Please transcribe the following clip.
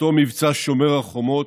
בתום מבצע שומר החומות,